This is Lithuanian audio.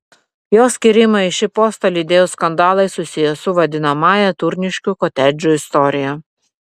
jo skyrimą į šį postą lydėjo skandalai susiję su vadinamąja turniškių kotedžų istorija